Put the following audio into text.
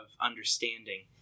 understanding